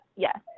Yes